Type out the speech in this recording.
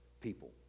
people